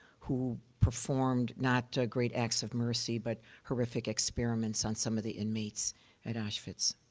who performed not great acts of mercy but horrific experiments on some of the inmates at auschwitz.